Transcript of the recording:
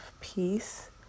peace